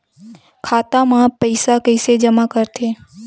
खाता म पईसा कइसे जमा करथे?